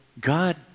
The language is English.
God